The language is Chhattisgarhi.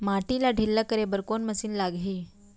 माटी ला ढिल्ला करे बर कोन मशीन लागही?